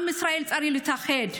עם ישראל צריך להתאחד.